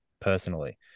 personally